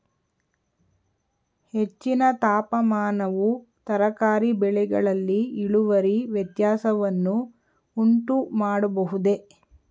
ಹೆಚ್ಚಿನ ತಾಪಮಾನವು ತರಕಾರಿ ಬೆಳೆಗಳಲ್ಲಿ ಇಳುವರಿ ವ್ಯತ್ಯಾಸವನ್ನು ಉಂಟುಮಾಡಬಹುದೇ?